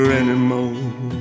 anymore